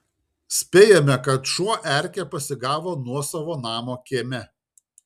spėjame kad šuo erkę pasigavo nuosavo namo kieme